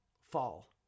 fall